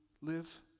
live